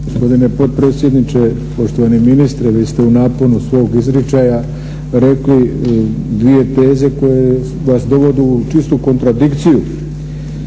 Gospodine potpredsjedniče. Poštovani ministre, vi ste u naponu svog izričaja rekli dvije teze koje vas dovode u čistu kontradikciju